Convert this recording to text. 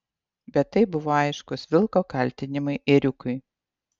bet tai buvo aiškūs vilko kaltinimai ėriukui